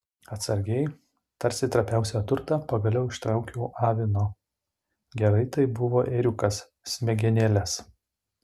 atsargiai tarsi trapiausią turtą pagaliau ištraukiau avino gerai tai buvo ėriukas smegenėles